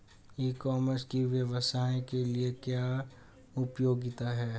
ई commerce की व्यवसाय के लिए क्या उपयोगिता है?